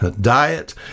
Diet